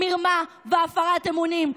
מרמה והפרת אמונים,